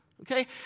Okay